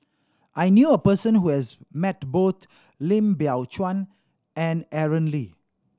I knew a person who has met both Lim Biow Chuan and Aaron Lee